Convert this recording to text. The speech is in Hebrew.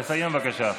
תסיים, בבקשה.